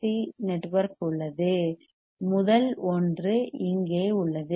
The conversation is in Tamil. சி RC நெட்வொர்க் உள்ளது முதல் ஒன்று இங்கே உள்ளது